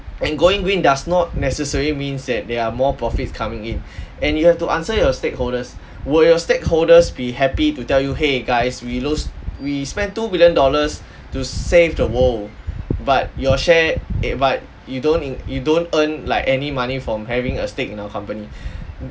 and going green does not necessarily means that there are more profits coming in and you have to answer your stakeholders will your stakeholders be happy to tell you !hey! guys we lose we spent two billion dollars to save the world but your share e~ but you don't in you don't earn like any money from having a stake in our company